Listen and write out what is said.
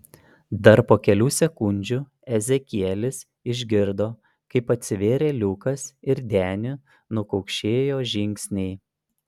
dar po kelių sekundžių ezekielis išgirdo kaip atsivėrė liukas ir deniu nukaukšėjo žingsniai